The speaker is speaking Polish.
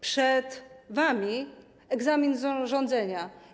Przed wami - egzamin z rządzenia.